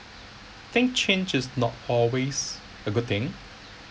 think change is not always a good thing